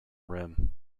rim